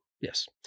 Yes